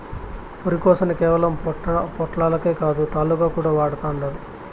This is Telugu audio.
పురికొసని కేవలం పొట్లాలకే కాదు, తాళ్లుగా కూడా వాడతండారు